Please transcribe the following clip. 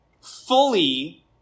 fully